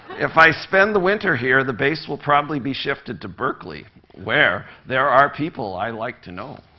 if i spend the winter here, the base will probably be shifted to berkeley where there are people i like to know.